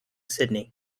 sydney